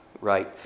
right